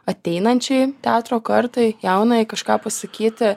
ateinančiai teatro kartai jaunajai kažką pasakyti